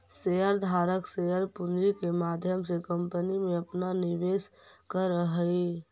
share धारक share पूंजी के माध्यम से कंपनी में अपना निवेश करऽ हई